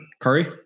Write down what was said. Curry